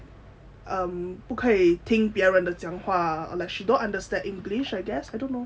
um 不可以听别人的讲话 like she don't understand english I guess I don't know